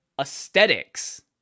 aesthetics